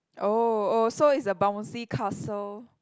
oh oh so it's a bouncy castle